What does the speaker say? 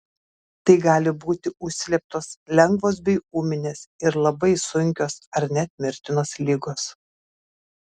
tai gali būti užslėptos lengvos bei ūminės ir labai sunkios ar net mirtinos ligos